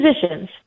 positions